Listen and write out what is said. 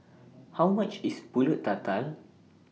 How much IS Pulut Tatal